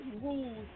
rules